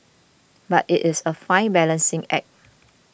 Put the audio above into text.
but it is a fine balancing act